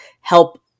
help